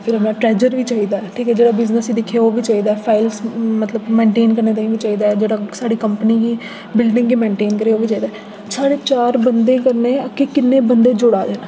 फ्ही अपना ट्रेजर बी चाहिदा ऐ फ्ही जेह्ड़ा बिजनेस गी दिक्खै ओह् बी चाहिदा फाईल मतलब मैंटेन करने ताईं चाहिदा ऐ जेह्ड़ा साढ़ी कंपनी गी बिल्डिंग गी मैंटेन करै ओह्बी चाहिदा साढ़े चार बंदे कन्नै अग्गें किन्ने बंदे जुड़ै दे न